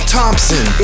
Thompson